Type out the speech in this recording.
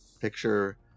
picture